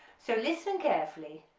so listen carefully